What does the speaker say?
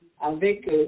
avec